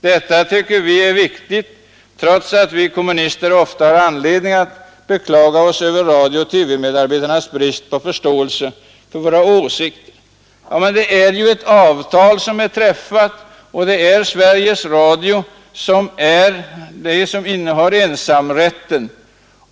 Detta tycker vi är viktigt trots Nr 131 att vi kommunister ofta har anledning att beklaga oss över radiooch Tisdagen den TV-medarbetarnas brist på fö 5 december 1972 Enligt det avtal som är träffat har Sveriges Radio ensamrätten att ROK EDO bestämma programinnehållet.